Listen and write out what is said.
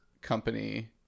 company